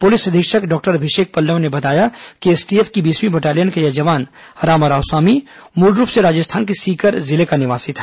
police अधीक्षक doctor Abhishek Pallav ने बताया कि एसटीएफ की बीसवीं बटालियन का यह जवान रामाराम स्वामी मूलरूप से राजस्थान के सीकर जिले का निवासी था